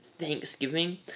Thanksgiving